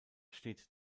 steht